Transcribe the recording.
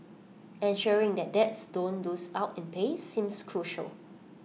ensuring that dads don't lose out in pay seems crucial